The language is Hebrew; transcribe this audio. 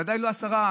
ודאי לא עשרה,